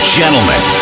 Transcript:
gentlemen